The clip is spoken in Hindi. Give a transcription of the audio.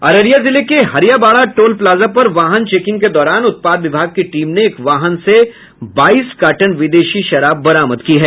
अररिया जिले के हरियाबाड़ा टोल प्लाजा पर वाहन चेकिंग के दौरान उत्पाद विभाग की टीम ने एक वाहन से बाईस कार्टन विदेशी शराब बरामद की है